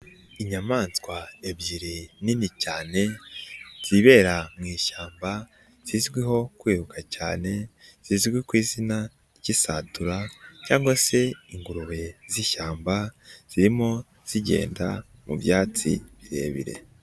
Inyamaswa ebyiri nini cyane, zibera mu ishyamba, zizwiho kwiruka cyane, zizwi ku izina ry'isatura cyangwa se ingurube z'ishyamba, zirimo zigenda mu byatsi birebire.